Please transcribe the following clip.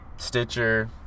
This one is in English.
Stitcher